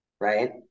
right